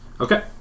Okay